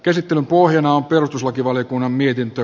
käsittelyn pohjana on perustuslakivaliokunnan mietintö